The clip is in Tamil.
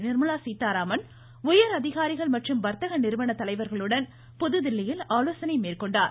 நிர்மலா சீத்தாராமன் உயர் அதிகாரிகள் மற்றும் வர்த்தக நிறுவன தலைவர்களுடன் புதுதில்லியில் ஆலோசனை மேற்கொண்டார்